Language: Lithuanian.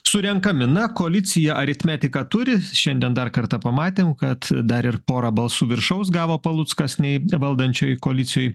surenkami na koalicija aritmetiką turi šiandien dar kartą pamatėm kad dar ir porą balsų viršaus gavo paluckas nei valdančiojoj koalicijoj